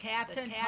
Captain